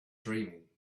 dreaming